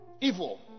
evil